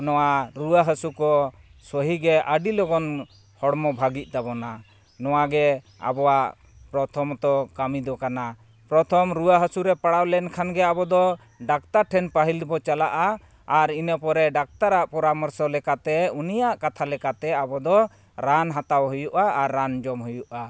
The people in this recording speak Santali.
ᱱᱚᱣᱟ ᱨᱩᱣᱟᱹ ᱦᱟᱹᱥᱩ ᱠᱚ ᱥᱩᱦᱤ ᱜᱮ ᱟᱹᱰᱤ ᱞᱚᱜᱚᱱ ᱦᱚᱲᱢᱚ ᱵᱷᱟᱹᱜᱤᱜ ᱛᱟᱵᱚᱱᱟ ᱱᱚᱣᱟᱜᱮ ᱟᱵᱚᱣᱟᱜ ᱯᱨᱚᱛᱷᱚᱢᱚᱛᱚ ᱠᱟᱹᱢᱤ ᱫᱚ ᱠᱟᱱᱟ ᱯᱨᱚᱛᱷᱚᱢ ᱨᱩᱣᱟᱹ ᱦᱟᱹᱥᱩ ᱨᱮ ᱯᱟᱲᱟᱣ ᱞᱮᱱᱠᱷᱟᱱᱜᱮ ᱟᱵᱚ ᱫᱚ ᱰᱟᱠᱛᱟᱨ ᱴᱷᱮᱱ ᱯᱟᱹᱦᱤᱞ ᱫᱚᱵᱚᱱ ᱪᱟᱞᱟᱜᱼᱟ ᱟᱨ ᱤᱱᱟᱹ ᱯᱚᱨᱮ ᱰᱟᱠᱛᱟᱨᱟᱜ ᱯᱚᱨᱟᱢᱚᱨᱥᱚ ᱞᱮᱠᱟᱛᱮ ᱩᱱᱤᱭᱟᱜ ᱠᱟᱛᱷᱟ ᱞᱮᱠᱟᱛᱮ ᱟᱵᱚ ᱫᱚ ᱨᱟᱱ ᱦᱟᱛᱟᱣ ᱦᱩᱭᱩᱜᱼᱟ ᱟᱨ ᱨᱟᱱ ᱡᱚᱢ ᱦᱩᱭᱩᱜᱼᱟ